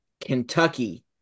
Kentucky